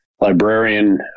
librarian